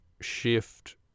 shift